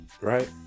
right